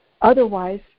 Otherwise